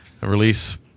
Release